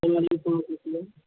السلام علیکم و رحمتہ اللہ